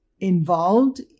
involved